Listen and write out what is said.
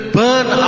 burn